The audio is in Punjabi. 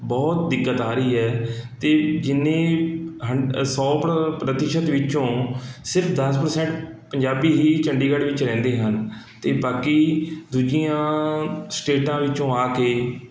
ਬਹੁਤ ਦਿੱਕਤ ਆ ਰਹੀ ਹੈ ਅਤੇ ਜਿੰਨੇ ਹੰਡ ਸੌ ਪ ਪ੍ਰਤੀਸ਼ਤ ਵਿੱਚੋਂ ਸਿਰਫ਼ ਦਸ ਪ੍ਰਸੈਂਟ ਪੰਜਾਬੀ ਹੀ ਚੰਡੀਗੜ੍ਹ ਵਿੱਚ ਰਹਿੰਦੇ ਹਨ ਅਤੇ ਬਾਕੀ ਦੂਜੀਆਂ ਸਟੇਟਾਂ ਵਿੱਚੋਂ ਆ ਕੇ